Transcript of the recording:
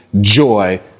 joy